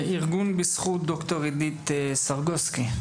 ארגון בזכות, ד"ר עדית סרגוסטי.